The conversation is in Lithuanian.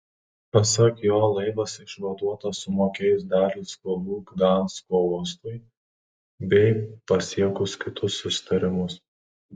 pasak jo laivas išvaduotas sumokėjus dalį skolų gdansko uostui bei pasiekus kitus susitarimus